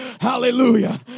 Hallelujah